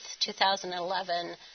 2011